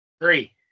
Three